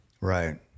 right